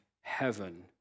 heaven